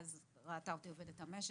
ואז ראתה אותי עובדת במשק,